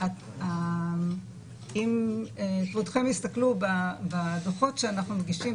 ואם כבודכם יסתכלו בדוחות שאנחנו מגישים,